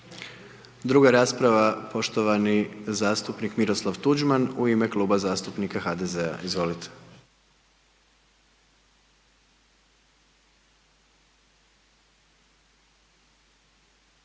Druga rasprava, poštovani zastupnik Miroslav Tuđman u ime Kluba zastupnika HDZ-a, izvolite.